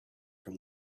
from